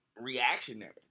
reactionary